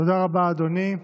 תודה רבה, אדוני.